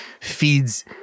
feeds